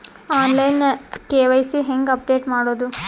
On line KYC ಹೇಂಗ update ಮಾಡೋದು?